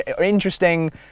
interesting